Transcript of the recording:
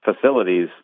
facilities